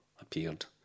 appeared